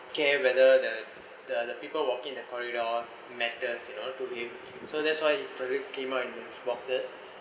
care rather than the other people walking in the corridor matters you know to him so that's why he probably came out in his boxers